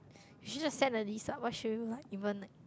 you should just set a list up what should you lik even